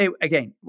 again